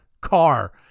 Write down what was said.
car